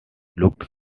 looked